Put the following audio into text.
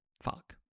fuck